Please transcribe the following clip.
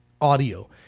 audio